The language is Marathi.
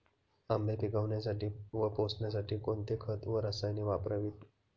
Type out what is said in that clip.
आंबे पिकवण्यासाठी व पोसण्यासाठी कोणते खत व रसायने वापरावीत?